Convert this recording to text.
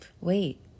Wait